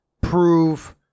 prove